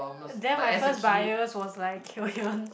then my first buyers was like queue even